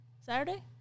Saturday